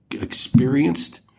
experienced